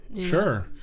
sure